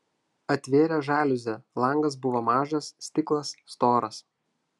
atvėrė žaliuzę langas buvo mažas stiklas storas